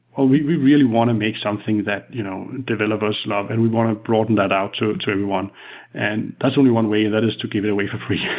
ah we we really want to make something that you know developers love and we want to broaden that out to to anyone. and that's only one way, and that is to give it away for free.